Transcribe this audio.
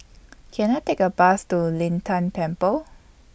Can I Take A Bus to Lin Tan Temple